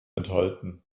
enthalten